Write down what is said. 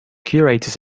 curators